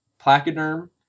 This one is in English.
placoderm